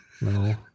No